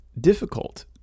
difficult